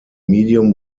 medium